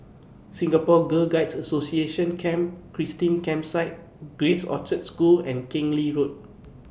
Singapore Girl Guides Association Camp Christine Campsite Grace Orchard School and Keng Lee Road